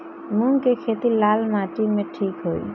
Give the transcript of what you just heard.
मूंग के खेती लाल माटी मे ठिक होई?